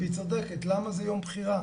והיא צודקת, למה זה יום בחירה?